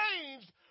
changed